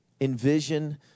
Envision